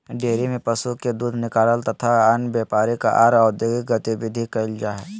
dairy में पशु के दूध निकालल तथा अन्य व्यापारिक आर औद्योगिक गतिविधि कईल जा हई